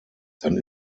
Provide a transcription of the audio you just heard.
dann